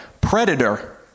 predator